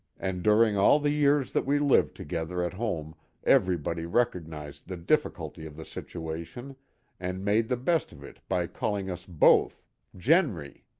and during all the years that we lived together at home everybody recognized the difficulty of the situation and made the best of it by calling us both jehnry.